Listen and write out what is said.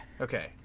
Okay